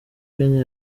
kenya